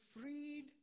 freed